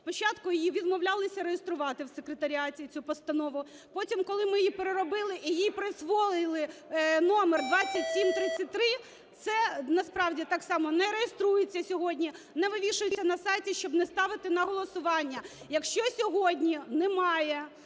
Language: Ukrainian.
Спочатку її відмовлялися реєструвати в секретаріаті, цю постанову. Потім коли ми її переробили і їй присвоїли номер 2733, це, насправді, так само не реєструється сьогодні, не вивішується на сайті, щоб не ставити на голосування. Якщо сьогодні немає